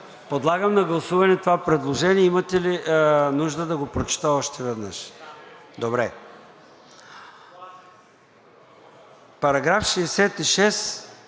Подлагам на гласуване това предложение. Имате ли нужда да го прочета още веднъж? (Реплика: